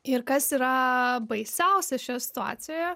ir kas yra baisiausia šioje situacijoje